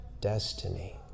destiny